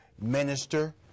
minister